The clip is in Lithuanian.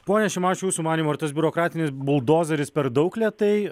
pone šimašiau jūsų manymu ar tas biurokratinis buldozeris per daug lėtai